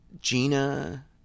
Gina